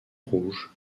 rouge